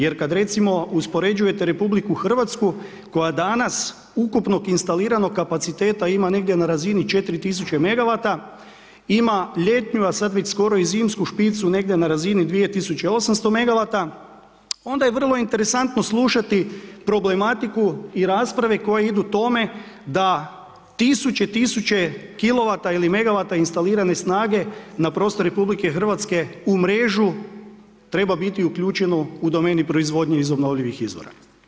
Jer kada recimo uspoređujete RH koja danas ukupnog instaliranog kapaciteta ima negdje na razini četiri tisuće megawata, ima ljetnu, a sada već skoro i zimsku špicu negdje na razini 2800 megawata onda je vrlo interesantno slušati problematiku i rasprave koje idu tome da tisuće, tisuće kilowata ili megawata instalirane snage na prostor RH u mrežu, treba biti uključeno u domeni proizvodnje iz obnovljivih izvora.